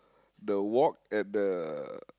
the walk at the